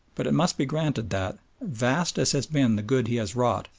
but it must be granted that, vast as has been the good he has wrought,